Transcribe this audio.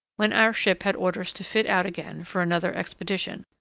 when our ship had orders to fit out again for another expedition.